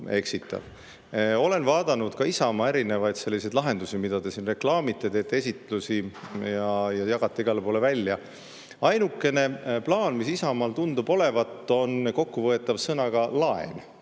Olen vaadanud ka Isamaa erinevaid lahendusi, mida te siin reklaamite ja mille kohta teete esitlusi ja mida jagate igale poole välja. Ainukene plaan, mis Isamaal tundub olevat, on kokku võetav sõnaga "laen".